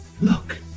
Look